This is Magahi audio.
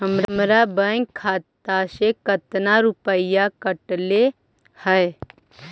हमरा बैंक खाता से कतना रूपैया कटले है?